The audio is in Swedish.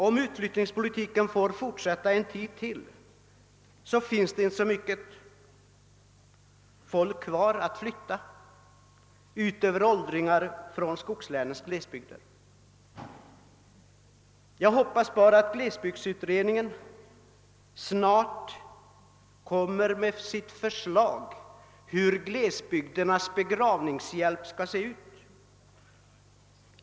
Om utflyttningspolitiken får fortsätta ytterligare en tid, finns det inte så mycket folk kvar att flytta utom åldringar från skogslänens glesbygder. Jag hoppas bara att glesbygdsutredningen snart framlägger sitt förslag till hur >»begravningshjälpen«» skall se ut.